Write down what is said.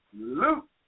Luke